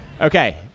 Okay